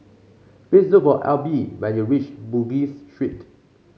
please look for Elby when you reach Bugis Street